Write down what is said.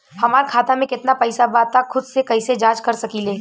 हमार खाता में केतना पइसा बा त खुद से कइसे जाँच कर सकी ले?